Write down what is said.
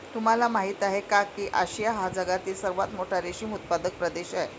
तुम्हाला माहिती आहे का की आशिया हा जगातील सर्वात मोठा रेशीम उत्पादक प्रदेश आहे